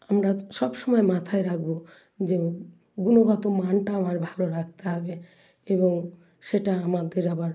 আমরা সব সময় মাথায় রাখবো যে গুণগত মানটা আমার ভালো রাখতে হবে এবং সেটা আমাদের আবার